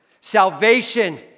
Salvation